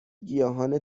گیاهان